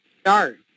start